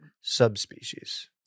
subspecies